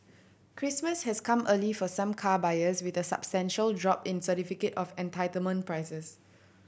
Christmas has come early for some car buyers with a substantial drop in certificate of entitlement prices